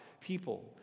People